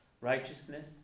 righteousness